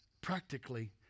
Practically